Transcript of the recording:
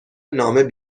نامه